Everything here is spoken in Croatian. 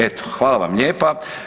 Eto, hvala vam lijepa.